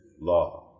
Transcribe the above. law